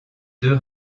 deux